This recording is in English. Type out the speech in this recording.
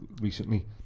recently